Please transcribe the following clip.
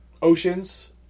Oceans